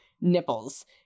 nipples